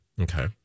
Okay